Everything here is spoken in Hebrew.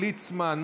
יעקב ליצמן,